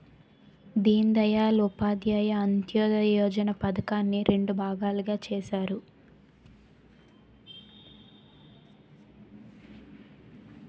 దీన్ దయాల్ ఉపాధ్యాయ అంత్యోదయ యోజన పధకాన్ని రెండు భాగాలుగా చేసారు